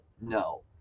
No